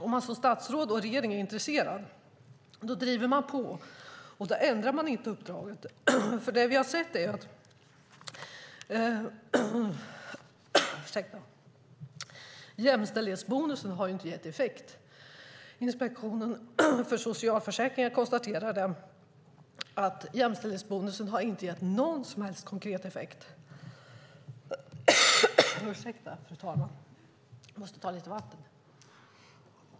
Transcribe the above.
Om man som statsråd och regering är intresserad driver man på, och man ändrar inte uppdraget. Jämställdhetsbonusen har inte gett effekt. Inspektionen för socialförsäkringen konstaterade att jämställdhetsbonusen inte har gett någon som helst konkret effekt.